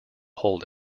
hold